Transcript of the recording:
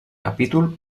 capítol